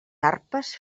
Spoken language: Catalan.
arpes